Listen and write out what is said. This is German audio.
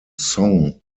song